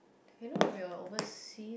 you know when we were overseas